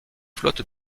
flotte